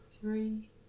three